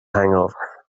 hangover